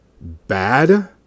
bad